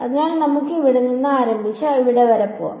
അതിനാൽ നമുക്ക് ഇവിടെ നിന്ന് ആരംഭിച്ച് ഇവിടെ വരെ പോകാം